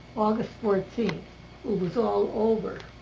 august fourteenth. it was all over.